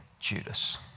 Judas